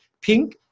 pink